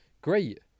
great